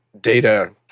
data